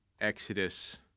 Exodus